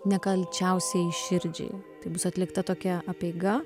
nekalčiausiajai širdžiai tai bus atlikta tokia apeiga